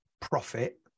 profit